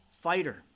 fighter